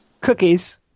cookies